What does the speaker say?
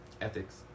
Ethics